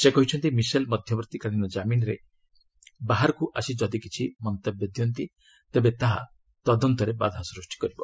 ସେ କହିଛନ୍ତି ମିସେଲ୍ ମଧ୍ୟବର୍ତ୍ତିକାଳୀନ କାମିନ୍ରେ ବାହାରକୁ ଆସି ଯଦି କିଛି ମନ୍ତବ୍ୟ ଦିଅନ୍ତି ତେବେ ଏହା ତଦନ୍ତରେ ବାଧା ସୃଷ୍ଟି କରିବ